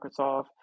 microsoft